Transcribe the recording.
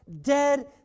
dead